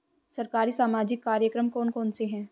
सरकारी सामाजिक कार्यक्रम कौन कौन से हैं?